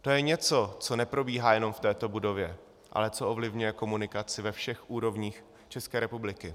To je něco, co neprobíhá jenom v této budově, ale co ovlivňuje komunikaci ve všech úrovních České republiky.